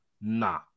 Nah